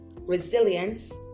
resilience